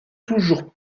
toujours